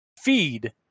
feed